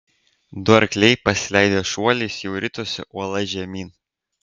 du arkliai pasileidę šuoliais jau ritosi uola žemyn